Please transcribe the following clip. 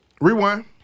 Rewind